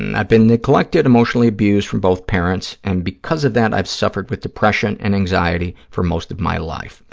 and i've been neglected, emotionally abused from both parents, and because of that i've suffered with depression and anxiety for most of my life.